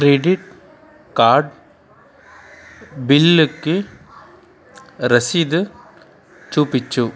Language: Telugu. క్రెడిట్ కార్డ్ బిల్లుకి రశీదు చూపిచ్చు